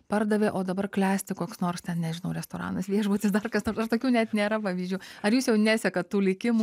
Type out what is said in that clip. pardavė o dabar klesti koks nors ten nežinau restoranas viešbutis dar kas nors ar tokių net nėra pavyzdžių ar jūs jau nesekat tų likimų